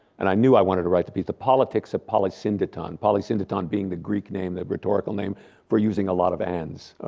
and i knew i wanted to write the piece. the politics of polysyndeton. polysyndeton being the greek name, the rhetorical name for using a lot of ands.